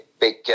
Big